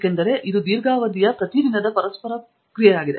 ಏಕೆಂದರೆ ಇದು ದೀರ್ಘಾವಧಿಯ ಪ್ರತೀದಿನದ ಪರಸ್ಪರ ಕ್ರಿಯೆಯಾಗಿದೆ